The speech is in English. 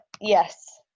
Yes